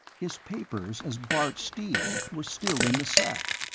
his papers as bart steele were still in the sack.